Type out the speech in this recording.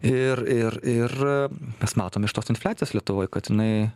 ir ir ir mes matom iš tos infliacijos lietuvoj kad jinai